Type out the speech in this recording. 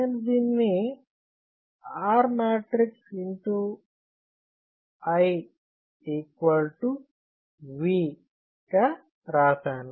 నేను దీనిని R X i V గా రాసాను